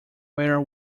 where